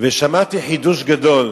חידוש גדול.